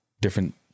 different